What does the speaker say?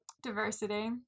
Diversity